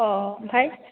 अह आमफ्राय